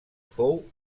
fou